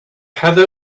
heather